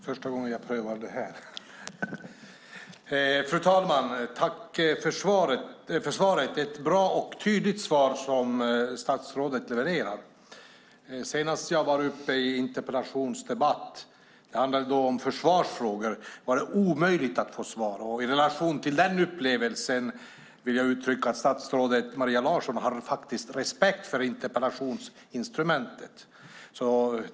Fru talman! Tack för svaret! Det är ett bra och tydligt svar som statsrådet levererar. Senast jag var upp i en interpellationsdebatt - det handlade om försvarsfrågor - var det omöjligt att få svar. I relation till den upplevelsen vill jag uttrycka att statsrådet Maria Larsson faktiskt har respekt för interpellationsinstrumentet.